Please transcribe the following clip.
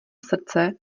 srdce